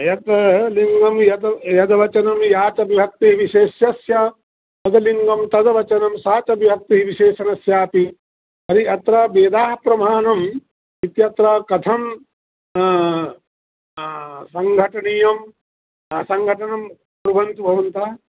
यत् लिङ्गं यत् यद् वचनं या च विभक्तिः विशेषस्य तद् लिङ्गं तद् वचनं सा च विभक्तिः विशेषणस्यापि तर्हि अत्र वेदाः प्रमाणम् इत्यत्र कथं सङ्घटनीयं सङ्घटनं कुर्वन्तु भवन्तः